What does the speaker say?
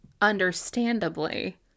understandably